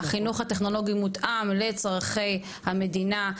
החינוך הטכנולוגי מותאם לצורכי המדינה.